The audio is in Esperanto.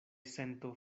sento